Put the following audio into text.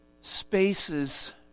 spaces